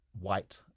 white